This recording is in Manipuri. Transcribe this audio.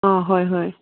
ꯑꯥ ꯍꯣꯏ ꯍꯣꯏ